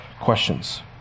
questions